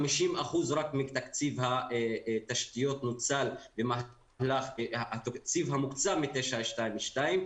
רק 50% מתקציב התשתיות נוצל במהלך התקציב המוקצב מ-922.